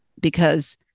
Because-